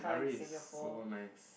R-eight is so nice